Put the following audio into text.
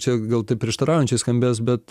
čia gal taip prieštaraujančiai skambės bet